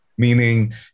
Meaning